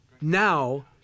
now